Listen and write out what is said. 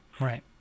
Right